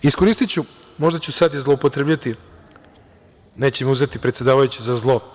Iskoristiću, možda ću sad i zloupotrebiti, neće mi uzeti predsedavajući za zlo.